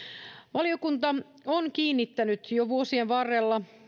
valiokunta on kiinnittänyt jo vuosien varrella